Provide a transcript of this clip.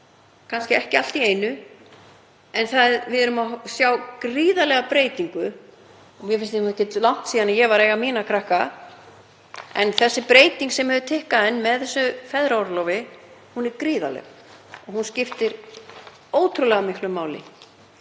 kannski ekki allt í einu en við erum að sjá gríðarlega breytingu. Mér finnst ekkert langt síðan ég var að eiga mína krakka en þessi breyting sem hefur tikkað inn með feðraorlofinu er gríðarleg og skiptir ótrúlega miklu máli.